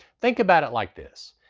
think about it like this.